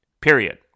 Period